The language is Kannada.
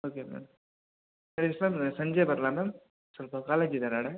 ಓಕೆ ಮ್ಯಾಮ್ ಎಷ್ಟೊತ್ತಿಗೆ ಸಂಜೆ ಬರಲಾ ಮ್ಯಾಮ್ ಸ್ವಲ್ಪ ಕಾಲೇಜ್ ಇದೆ ನಾಳೆ